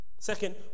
Second